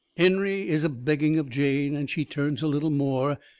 henry is a-begging of jane, and she turns a little more,